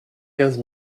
quinze